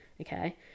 Okay